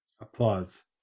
Applause